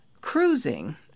Cruising